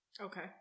Okay